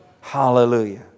Hallelujah